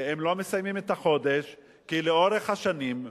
הם לא מסיימים את החודש כי לאורך השנים,